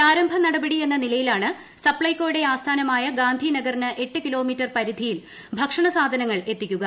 പ്രാരംഭ നടപടി എന്ന നിലയിലാണ് സപ്ലൈകോയുടെ ആസ്ഥാനമായ ഗാന്ധി നഗറിനു എട്ടുകിലോ മീറ്റർ പരിധിയിൽ ഭക്ഷണ സാധനങ്ങൾ എത്തിക്കുക